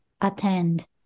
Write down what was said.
attend